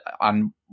on